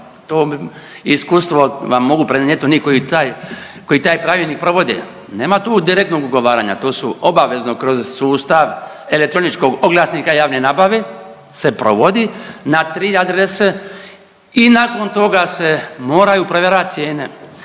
to iskustvo vam mogu prenijeti oni koji taj pravilnik provode. Nema tu direktnog ugovaranja. To su obavezno kroz sustav elektroničkog oglasnika javne nabave se provodi na tri adrese i nakon toga se moraju provjeravati cijene.